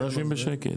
לא יושבים בשקט.